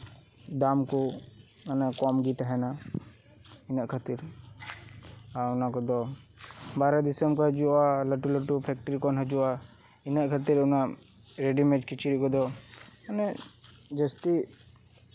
ᱫᱟᱢ ᱠᱚ ᱚᱱᱟ ᱠᱚᱢᱜᱮ ᱛᱟᱦᱮᱱᱟ ᱚᱱᱟ ᱠᱷᱟᱹᱛᱤᱨ ᱟᱨ ᱚᱱᱟ ᱠᱚᱫᱚ ᱵᱟᱦᱨᱮ ᱫᱤᱥᱚᱢ ᱠᱷᱚᱱ ᱦᱤᱡᱩᱜᱼᱟ ᱞᱟᱹᱴᱩ ᱞᱟᱹᱴᱩ ᱯᱷᱮᱠᱴᱟᱨᱤ ᱠᱷᱚᱱ ᱦᱤᱡᱩᱜᱼᱟ ᱤᱱᱟᱹ ᱠᱷᱟᱹᱛᱤᱨ ᱚᱱᱟ ᱨᱮᱰᱤᱢᱮᱰ ᱠᱤᱪᱨᱤᱪ ᱠᱚᱫᱚ ᱢᱟᱱᱮ ᱡᱟᱹᱥᱛᱤ